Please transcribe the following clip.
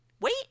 wait